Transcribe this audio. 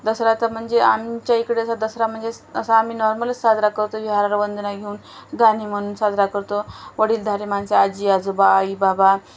दसरा तर म्हणजे आमच्या इकडे असा दसरा म्हणजे असा आम्ही नॉर्मलच साजरा करतो विहारवंदना घेऊन गाणे म्हणून साजरा करतो वडीलधारे माणसं आजी आजोबा आई बाबा